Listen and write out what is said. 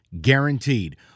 guaranteed